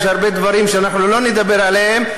יש הרבה דברים שאנחנו לא נדבר עליהם,